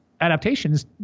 adaptations